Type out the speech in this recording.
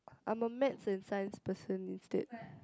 I'm a maths and science person instead